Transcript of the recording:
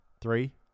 Three